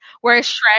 whereas